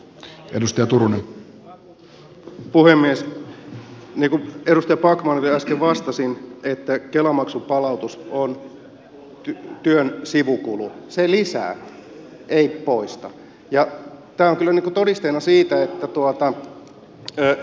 niin kuin edustaja backmanille vielä äsken vastasin kela maksun palautus on työn sivukulu se lisää ei poista ja päätynyt todisteena siitä että tuhatta väster